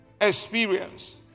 Experience